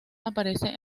aparece